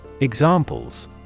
Examples